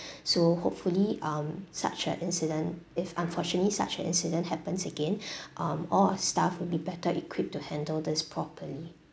so hopefully um such an incident if unfortunately such an incident happens again um all our staff will be better equipped to handle this properly